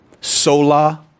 Sola